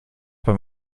beim